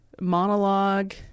monologue